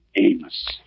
Amos